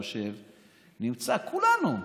כולנו,